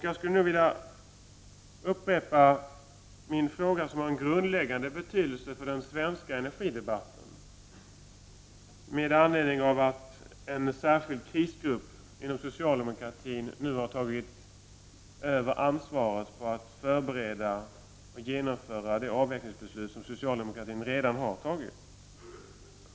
Jag skulle därför vilja upprepa en fråga som har grundläggande betydelse för den svenska energidebatten, med anledning av att en särskild krisgrupp inom socialdemokratin nu tagit över ansvaret för att förbereda och genomföra det avvecklingsbeslut som socialdemokratin redan har fattat.